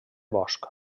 bosc